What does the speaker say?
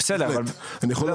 זה בסדר.